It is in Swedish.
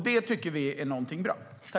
Det tycker vi är bra.